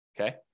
okay